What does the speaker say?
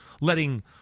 letting